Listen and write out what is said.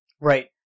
Right